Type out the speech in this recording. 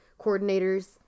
coordinators